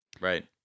Right